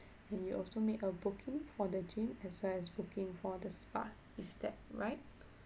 and you also made a booking for the gym as well as booking for the spa is that right